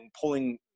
pulling